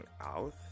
out